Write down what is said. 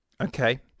Okay